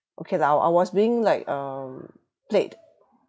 okay lah I I was being like um played